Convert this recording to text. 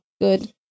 good